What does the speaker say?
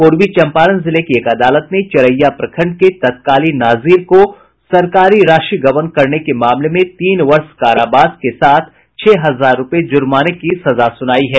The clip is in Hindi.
पूर्वी चंपारण जिले की एक अदालत ने चिरैया प्रखंड के तत्कालीन नाजिर को सरकारी राशि गबन के मामले में तीन वर्ष कारावास के साथ छह हजार रुपये जुर्माने की सजा सुनाई है